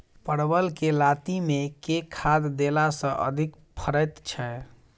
परवल केँ लाती मे केँ खाद्य देला सँ अधिक फरैत छै?